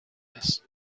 است